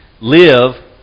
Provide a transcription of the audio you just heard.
Live